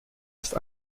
ist